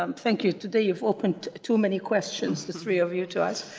um thank you. today you've opened too many questions, the three of you to us.